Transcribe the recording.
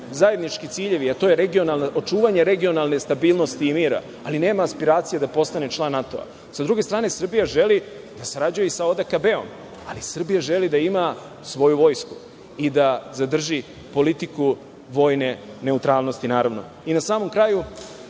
zajednički ciljevi, a to je očuvanje regionalne stabilnosti i mira, ali nema aspiracije da postane član NATO-a. S druge strane, Srbija želi da sarađuje i sa ODKB-om, ali Srbija želi i da ima svoju vojsku i da zadrži politiku vojne neutralnosti, naravno. Na samom kraju,